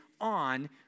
on